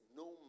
no